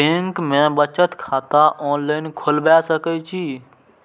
Bank में बचत खाता ऑनलाईन खोलबाए सके छी?